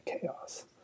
chaos